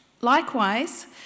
Likewise